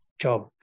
job